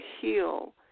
heal